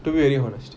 to be very honest